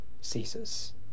ceases